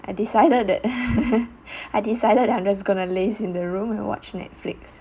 I decided that I decided that I just gonna laze in the room and watch Netflix